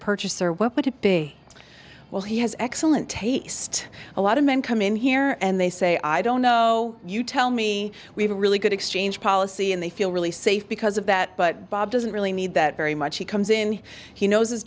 purchaser what would it be well he has excellent taste a lot of men come in here and they say i don't know you tell me we have a really good exchange policy and they feel really safe because of that but bob doesn't really need that very much he comes in he knows his